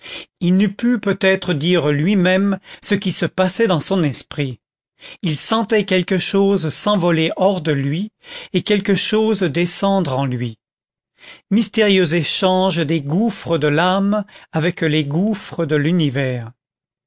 il n'eût pu peut-être dire lui-même ce qui se passait dans son esprit il sentait quelque chose s'envoler hors de lui et quelque chose descendre en lui mystérieux échanges des gouffres de l'âme avec les gouffres de l'univers